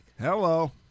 Hello